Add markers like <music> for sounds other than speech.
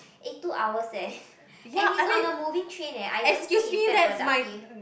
eh two hours eh <breath> and he's on the moving train eh I don't think it's that productive